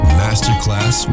masterclass